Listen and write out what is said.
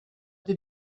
did